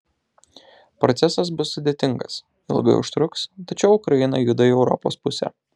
procesas bus sudėtingas ilgai užtruks tačiau ukraina juda į europos pusę